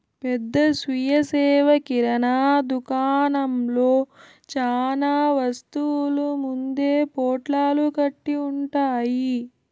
పెద్ద స్వీయ సేవ కిరణా దుకాణంలో చానా వస్తువులు ముందే పొట్లాలు కట్టి ఉంటాయి